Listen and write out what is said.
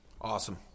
Awesome